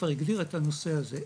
כבר הגדיר את הנושא הזה,